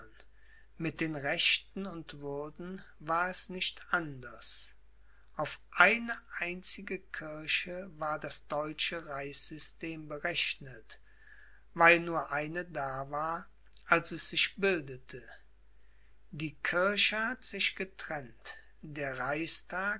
mit den rechten und würden war es nicht anders auf eine einzige kirche war das deutsche reichssystem berechnet weil nur eine da war als es sich bildete die kirche hat sich getrennt der reichstag